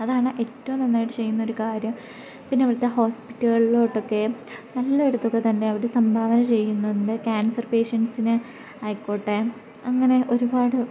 അതാണ് ഏറ്റവും നന്നായിട്ട് ചെയ്യുന്നൊരു കാര്യം പിന്നെ അവിടുത്തെ ഹോസ്പിറ്റലുകളിലോട്ടൊക്കെ നല്ലൊരു തുകതന്നെ അവർ സംഭാവന ചെയ്യുന്നുണ്ട് കാൻസർ പേഷ്യൻസിന് ആയിക്കോട്ടെ അങ്ങനെ ഒരുപാട്